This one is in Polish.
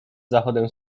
zachodem